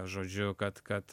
žodžiu kad kad